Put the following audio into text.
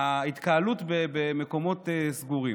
ההתקהלות במקומות סגורים,